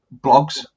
blogs